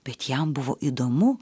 bet jam buvo įdomu